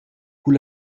cun